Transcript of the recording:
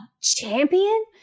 Champion